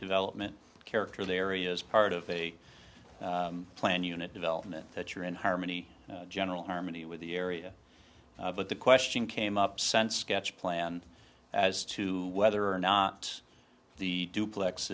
development character the area is part of a planned unit development that you're in harmony general harmony with the area but the question came up sense sketch plan as to whether or not the duplex